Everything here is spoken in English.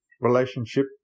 relationship